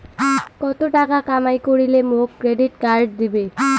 কত টাকা কামাই করিলে মোক ক্রেডিট কার্ড দিবে?